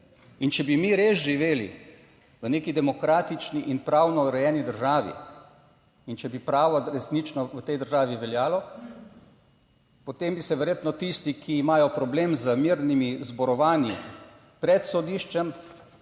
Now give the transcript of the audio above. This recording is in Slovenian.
In če bi mi res živeli v neki demokratični in pravno urejeni državi, in če bi pravo resnično v tej državi veljalo, potem bi se verjetno tisti, ki imajo problem z mirnimi zborovanji pred sodiščem